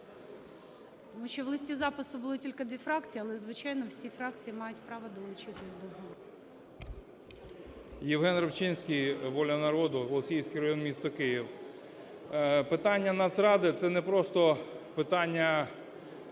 Тому що в листі запису було тільки 2 фракції. Але, звичайно, всі фракції мають право долучитись до